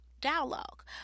dialogue